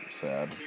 sad